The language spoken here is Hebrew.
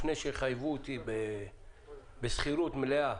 לפני שיחייבו אותי בשכירות מלאה,